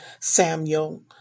Samuel